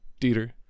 Dieter